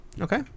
Okay